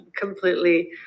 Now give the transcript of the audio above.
completely